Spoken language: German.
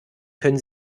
können